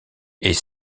est